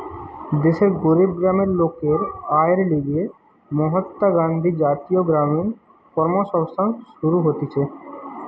দেশের গরিব গ্রামের লোকের আয়ের লিগে মহাত্মা গান্ধী জাতীয় গ্রামীণ কর্মসংস্থান শুরু হতিছে